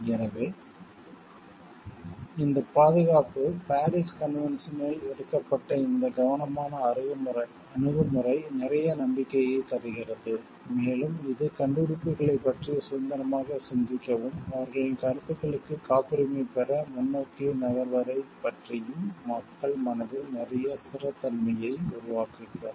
எனவே இந்த பாதுகாப்பு பாரிஸ் கன்வென்ஷனில் எடுக்கப்பட்ட இந்த கவனமான அணுகுமுறை நிறைய நம்பிக்கையைத் தருகிறது மேலும் இது கண்டுபிடிப்புகளைப் பற்றி சுதந்திரமாகச் சிந்திக்கவும் அவர்களின் கருத்துக்களுக்கு காப்புரிமை பெற முன்னோக்கி நகர்வதைப் பற்றியும் மக்கள் மனதில் நிறைய ஸ்திரத்தன்மையை உருவாக்குகிறது